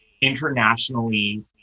internationally